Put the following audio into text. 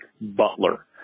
Butler